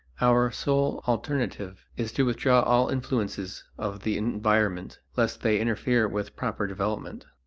our sole alternative is to withdraw all influences of the environment lest they interfere with proper development.